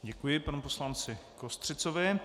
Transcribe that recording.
Děkuji panu poslanci Kostřicovi.